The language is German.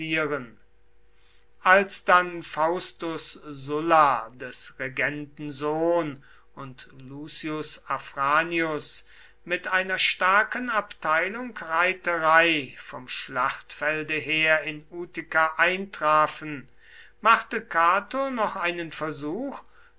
als dann faustus sulla des regenten sohn und lucius afranius mit einer starken abteilung reiterei vom schlachtfelde her in utica eintrafen machte cato noch einen versuch